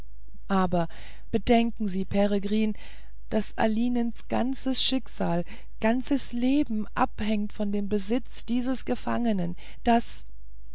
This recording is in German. aber bedenken sie peregrin daß alinens ganzes schicksal ganzes leben abhängt von dem besitz dieses gefangenen daß